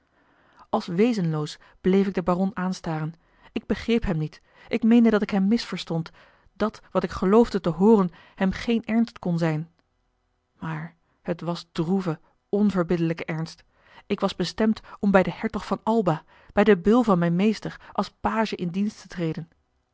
als wezenloos bleef ik den baron aanstaren ik begreep hem niet ik meende dat ik hem misverstond dat wat ik geloofde te hooren hem geen ernst kon zijn maar het was droeve onverbiddelijke ernst ik was bestemd om bij den hertog van alba bij den beul van mijn meester als page in dienst te treden